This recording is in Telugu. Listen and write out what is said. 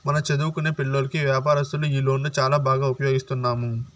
మన చదువుకొనే పిల్లోల్లకి వ్యాపారస్తులు ఈ లోన్లు చాలా బాగా ఉపయోగిస్తున్నాము